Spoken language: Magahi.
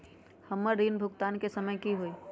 हमर ऋण भुगतान के समय कि होई?